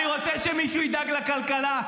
אני רוצה שמישהו ידאג לכלכלה,